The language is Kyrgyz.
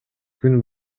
күн